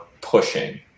pushing